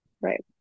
Right